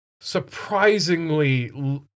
surprisingly